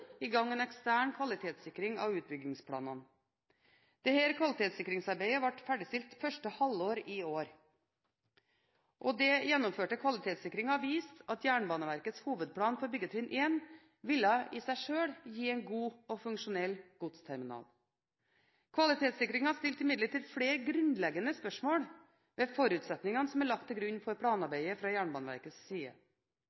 i desember 2011 i gang en ekstern kvalitetssikring av utbyggingsplanene. Dette kvalitetssikringsarbeidet ble ferdigstilt første halvår i år. Den gjennomførte kvalitetssikringen viste at Jernbaneverkets hovedplan for byggetrinn 1 ville i seg selv gi en god og funksjonell godsterminal. Kvalitetssikringen stilte imidlertid flere grunnleggende spørsmål ved forutsetningene som er lagt til grunn for